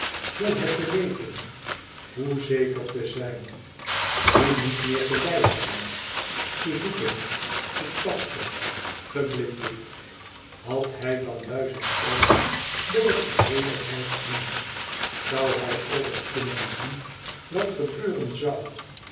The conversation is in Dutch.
hoe het te weten hoe zeker te zijn hoe niet meer te weifelen te zoeken te tasten geblinddoekt had hij dan duizend oogen door het geheele rijk heen zoû hij alles kunnen zien wat gebeuren zoû